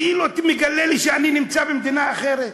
כאילו אתה מגלה לי שאני נמצא במדינה אחרת.